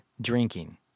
drinking